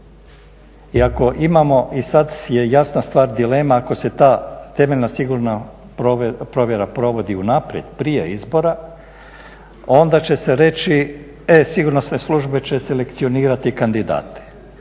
I ako imamo, i sad je jasna stvar dilema ako se ta temeljna sigurnosna provjera provodi unaprijed, prije izbora, onda će se reći e sigurnosne službe će selekcionirati kandidate.